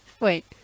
Wait